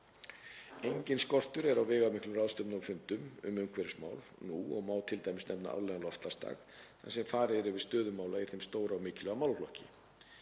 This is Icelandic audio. Enginn skortur er á veigamiklum ráðstefnum og fundum um umhverfismál nú og má t.d. nefna árlegan loftslagsdag, þar sem farið er yfir stöðu mála í þeim stóra og mikilvæga málaflokki.